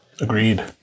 Agreed